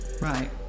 Right